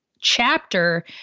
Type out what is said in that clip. chapter